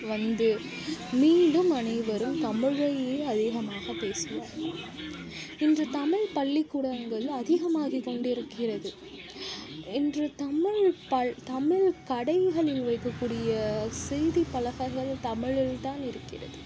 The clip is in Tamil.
வந்து மீண்டும் அனைவரும் தமிழையே அதிகமாக பேசுவார்கள் இன்று தமிழ் பள்ளிக்கூடங்கள் அதிகமாகிக் கொண்டிருக்கிறது இன்று தமிழ் பல் தமிழ் கடைகளில் வைக்கக்கூடிய செய்திப் பலகைகள் தமிழில்தான் இருக்கிறது